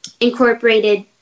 incorporated